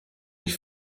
ich